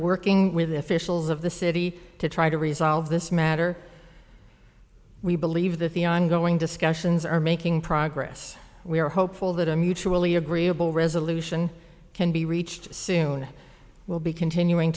working with officials of the city to try to resolve this matter we believe that the ongoing discussions are making progress we are hopeful that a mutually agreeable resolution can be reached soon we'll be continuing